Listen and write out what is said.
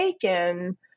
taken